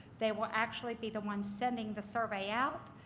they will actually be the ones sending the survey out